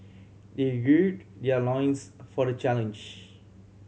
they gird their loins for the challenge